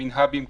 את